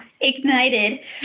ignited